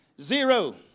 zero